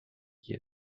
qui